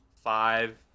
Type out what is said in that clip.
five